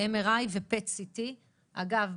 MRI ו-PET CT. אגב,